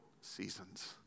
seasons